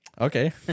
Okay